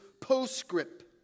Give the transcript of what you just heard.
postscript